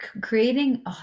creating